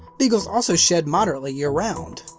beagles also shed moderately year-round.